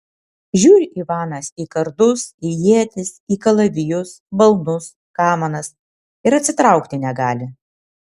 žiūri ivanas į kardus į ietis į kalavijus balnus kamanas ir atsitraukti negali